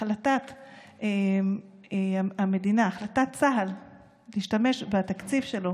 החלטת המדינה, החלטת צה"ל להשתמש בתקציב שלו